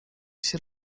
się